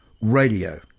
Radio